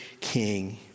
king